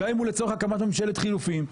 גם אם הוא לצורך הקמת ממשלת חילופין,